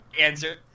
answer